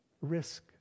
Risk